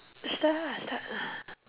start lah start lah